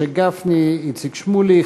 משה גפני, איציק שמולי.